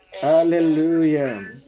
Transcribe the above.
Hallelujah